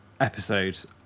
Episodes